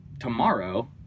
Tomorrow